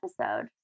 episode